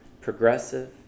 progressive